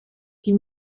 die